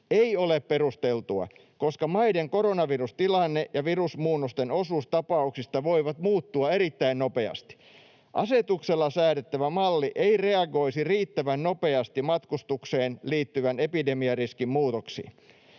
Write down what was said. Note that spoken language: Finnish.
ei ole perusteltua, koska maiden koronavirustilanne ja virusmuunnosten osuus tapauksista voivat muuttua erittäin nopeasti. Asetuksella säädettävä malli ei reagoisi riittävän nopeasti matkustukseen liittyvän epidemiariskin muutoksiin.